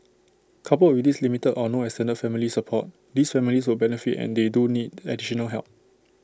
coupled with this limited or no extended family support these families would benefit and they do need additional help